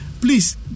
Please